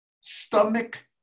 Stomach